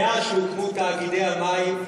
מאז הוקמו תאגידי המים,